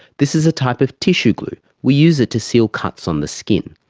this is a type of tissue glue, we use it to seal cuts on the skin.